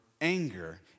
anger